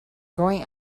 going